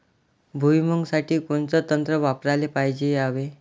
भुइमुगा साठी कोनचं तंत्र वापराले पायजे यावे?